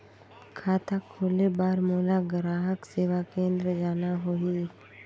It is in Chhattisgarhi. खाता खोले बार मोला ग्राहक सेवा केंद्र जाना होही?